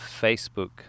facebook